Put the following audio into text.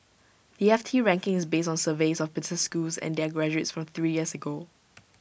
the F T ranking is based on surveys of business schools and their graduates from three years ago